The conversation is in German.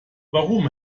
warum